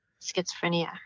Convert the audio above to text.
schizophrenia